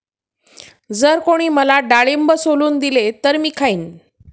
जर कोणी मला डाळिंब सोलून दिले तर मी खाईन